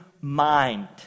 mind